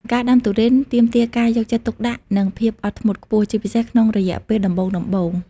ការដាំទុរេនទាមទារការយកចិត្តទុកដាក់ និងភាពអត់ធ្មត់ខ្ពស់ ជាពិសេសក្នុងរយៈពេលដំបូងៗ។